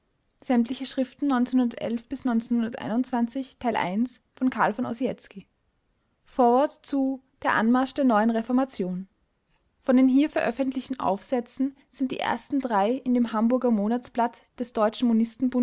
vorwort zu der anmarsch der neuen reformation von den hier veröffentlichten aufsätzen sind die ersten drei in dem hamburger monatsblatt des